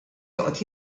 joqgħod